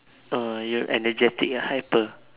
oh you're energetic ah hyper